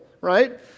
right